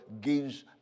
gives